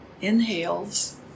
inhales